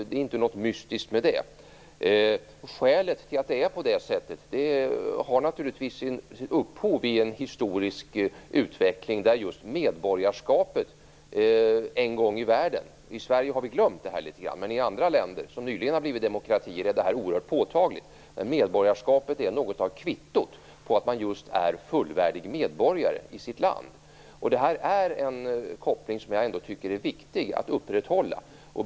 Det är inte något mystiskt med det. Att det är på det sättet har naturligtvis sitt upphov i en historisk utveckling. Vi har glömt det litet grand i Sverige. Men i andra länder, som nyligen har blivit demokratier, är det här oerhört påtagligt. Medborgarskapet är något av ett kvitto på att man är fullvärdig medborgare i sitt land. Det här är en koppling som jag tycker är viktig att upprätthålla.